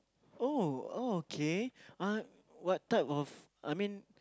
oh okay uh what type of I mean